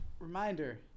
reminder